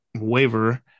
waiver